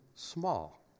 small